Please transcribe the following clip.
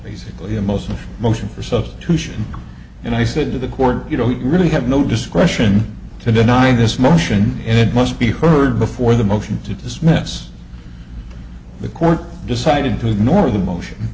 basically a motion of motion for substitution and i said to the court you know you really have no discretion to deny this motion it must be heard before the motion to dismiss the court decided to ignore the motion